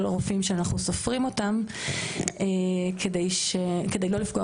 הרופאים שאנחנו סופרים אותם כדי לא לפגוע